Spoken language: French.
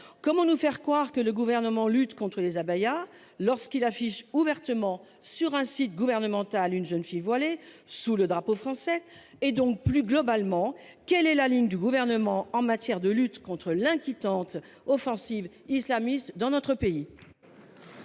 comment nous faire croire que le gouvernement lutte contre les abayas lorsqu'il affiche ouvertement sur un site gouvernemental. Une jeune fille voilée sous le drapeau français et donc, plus globalement, quelle est la ligne du gouvernement en matière de lutte contre l'inquiétante offensives islamistes dans notre pays.